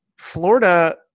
Florida